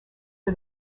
for